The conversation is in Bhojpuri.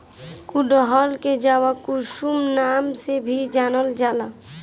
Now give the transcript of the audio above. गुड़हल के जवाकुसुम नाम से भी जानल जाला